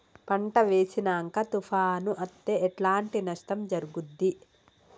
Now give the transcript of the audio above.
పంట వేసినంక తుఫాను అత్తే ఎట్లాంటి నష్టం జరుగుద్ది?